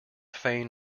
feign